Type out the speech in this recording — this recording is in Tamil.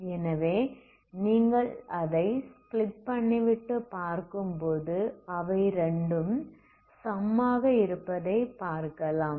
எனவே நீங்கள் அதை ஸ்பிலிட் பண்ணிவிட்டு பார்க்கும்போது அவை இரண்டும் சம் ஆக இருப்பதை பார்க்கலாம்